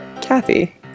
Kathy